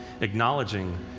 acknowledging